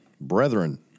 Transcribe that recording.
brethren